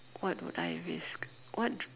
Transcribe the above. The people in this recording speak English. what would I risk what